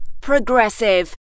Progressive